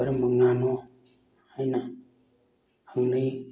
ꯀꯔꯝꯕ ꯉꯥꯅꯣ ꯍꯥꯏꯅ ꯍꯪꯅꯩ